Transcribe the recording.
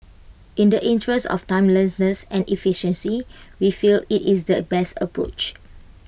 in the interest of timeliness and efficiency we feel IT is the best approach